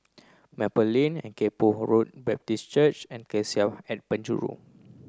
Maple Lane and Kay Poh Road Baptist Church and Cassia at Penjuru